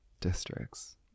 districts